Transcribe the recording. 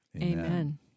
amen